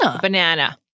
Banana